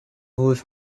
wulf